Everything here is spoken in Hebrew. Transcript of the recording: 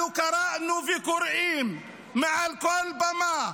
אנחנו קראנו וקוראים מעל כל במה: